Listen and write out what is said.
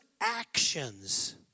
actions